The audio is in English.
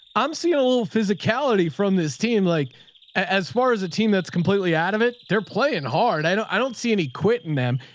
i'm seeing a little physicality from this team. like as far as the team, that's completely out of it. they're playing hard. i don't, i don't see any quit in them.